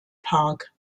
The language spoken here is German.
park